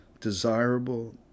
desirable